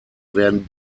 werden